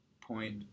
point